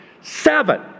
Seven